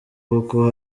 kuko